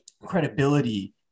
credibility